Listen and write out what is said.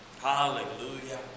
Hallelujah